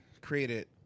created